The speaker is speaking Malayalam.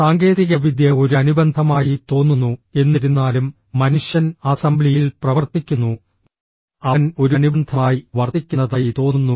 സാങ്കേതികവിദ്യ ഒരു അനുബന്ധമായി തോന്നുന്നു എന്നിരുന്നാലും മനുഷ്യൻ അസംബ്ലിയിൽ പ്രവർത്തിക്കുന്നു അവൻ ഒരു അനുബന്ധമായി വർത്തിക്കുന്നതായി തോന്നുന്നു